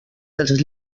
dels